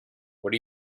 what